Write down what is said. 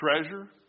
treasure